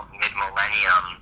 mid-millennium